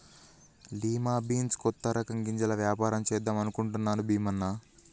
lima beans కొత్త రకం గింజల వ్యాపారం చేద్దాం అనుకుంటున్నాడు భీమన్న